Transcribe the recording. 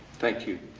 thank you.